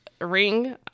Ring